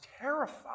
terrified